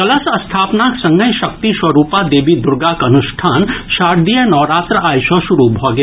कलश स्थापनाक संगहि शक्ति स्वरूपा देवी दुर्गाक अनुष्ठान शारदीय नवरात्र आइ सँ शुरू भऽ गेल